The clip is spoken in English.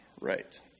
right